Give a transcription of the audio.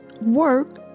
work